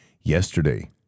yesterday